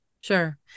sure